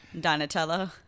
Donatello